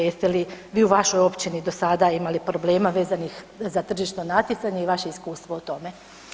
Jeste li vi u vašoj općini do sada imali problema vezanih za tržišno natjecanje i vaše iskustvo o tome?